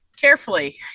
Carefully